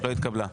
לא התקבלה.